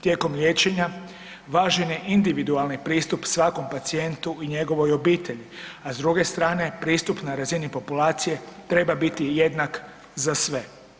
Tijekom liječenja važan je individualni pristup svakom pacijentu i njegovoj obitelji, a s druge strane pristup na razini populacije treba biti jednak za sve.